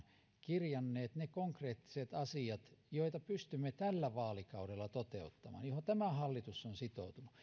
kirjanneet ne konkreettiset asiat joita pystymme tällä vaalikaudella toteuttamaan joihin tämä hallitus on sitoutunut